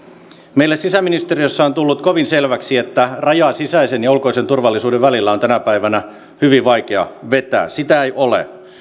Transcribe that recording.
meille sisäministeriössä on tullut kovin selväksi että rajaa sisäisen ja ulkoisen turvallisuuden välillä on tänä päivänä hyvin vaikea vetää sitä ei ole